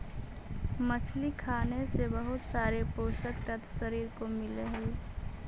मछली खाने से बहुत सारे पोषक तत्व शरीर को मिलअ हई